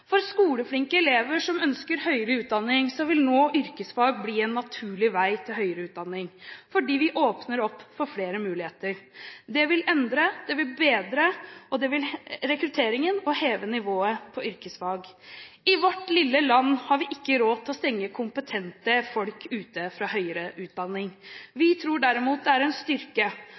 For skoleflinke elever som ønsker høyere utdanning, vil nå yrkesfag bli en naturlig vei til høyere utdanning fordi vi åpner opp for flere muligheter. Det vil endre og bedre rekrutteringen, og det vil heve nivået på yrkesfag. I vårt lille land har vi ikke råd til å stenge kompetente folk ute fra høyere utdanning. Vi tror derimot det er en styrke